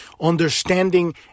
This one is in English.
understanding